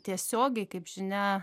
tiesiogiai kaip žinia